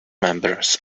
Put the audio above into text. members